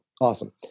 Awesome